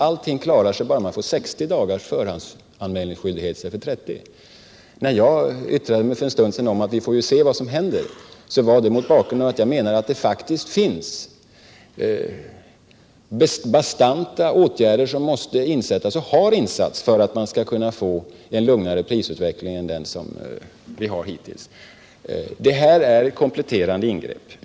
Allt klarar sig bara vi får 60 dagars förvägsanmälningsskyldighet i stället för 30. När jag för en stund sedan sade att vi får se vad som händer gjorde jag det mot den bakgrunden att jag menar att det faktiskt finns bastanta åtgärder som måste insättas och har insatts för att man skall kunna få en lugnare prisutveckling än den hittillsvarande. Detta är kompletterande ingrepp.